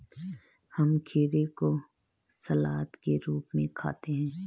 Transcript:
हम खीरे को सलाद के रूप में खाते हैं